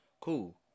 Cool